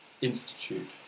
Institute